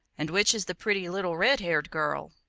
and which is the pretty little red-haired girl?